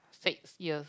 six years